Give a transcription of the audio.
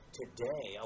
today